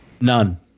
None